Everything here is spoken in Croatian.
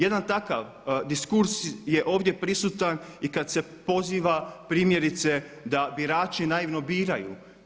Jedan takav diskurs je ovdje prisutan i kad se poziva primjerice da birači naivno biraju.